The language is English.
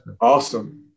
Awesome